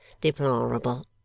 deplorable